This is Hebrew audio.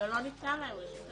ולא ניתנה להם רשות הדיבור.